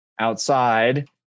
Outside